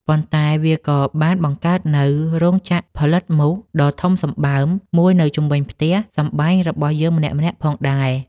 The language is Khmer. ប៉ុន្តែវាក៏បានបង្កើតនូវ រោងចក្រផលិតមូស ដ៏ធំសម្បើមមួយនៅជុំវិញផ្ទះសម្បែងរបស់យើងម្នាក់ៗផងដែរ។